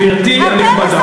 גברתי הנכבדה,